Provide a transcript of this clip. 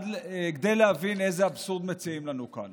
כדי להבין איזה אבסורד מציעים לנו כאן